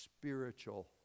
spiritual